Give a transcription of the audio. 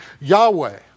Yahweh